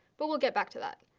but we'll get back to that.